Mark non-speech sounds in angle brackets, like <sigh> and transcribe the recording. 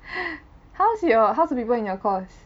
<breath> how's your how's the people in your course